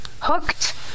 hooked